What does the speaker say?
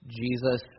Jesus